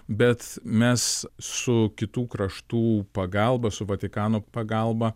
bet mes su kitų kraštų pagalba su vatikano pagalba